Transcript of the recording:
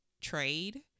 trade